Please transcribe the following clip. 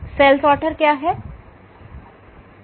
cell sorter क्या है